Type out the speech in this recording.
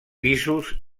pisos